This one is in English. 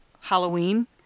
Halloween